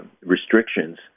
restrictions